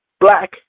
black